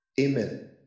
Amen